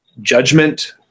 judgment